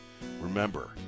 Remember